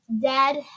Dad